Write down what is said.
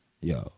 Yo